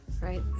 Right